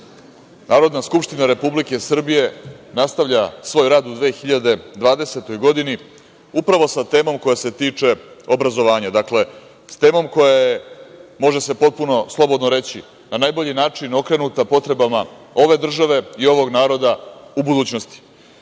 Narodna skupština Republike Srbije nastavlja svoj rad u 2020. godini upravo sa temom koja se tiče obrazovanja, dakle, sa temom koja je, može se potpuno slobodno reći, na najbolji način okrenuta potrebama ove države i ovog naroda u budućnosti.U